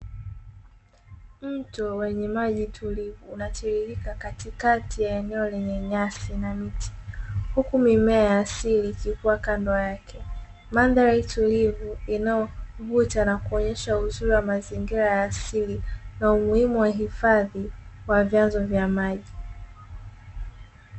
Mto wenye maji tulivu unatiririka katikati ya eneo lenye nyasi na miti, huku mimea ya asili ikikua kando yake. Mandhari tulivu inayovutia inaonyesha uzuri wa mazingira ya asili na umuhimu wa hifadhi wa vyanzo vya maji.